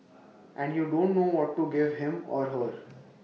and you don't know what to give him or her